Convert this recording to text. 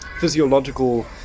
physiological